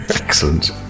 Excellent